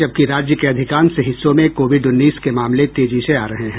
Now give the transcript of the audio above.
जबकि राज्य के अधिकांश हिस्सों में कोविड उन्नीस के मामले तेजी से आ रहे हैं